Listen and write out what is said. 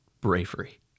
bravery